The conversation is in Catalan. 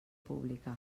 pública